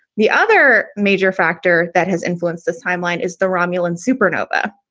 the other major factor that has influenced this timeline is the romulan supernova,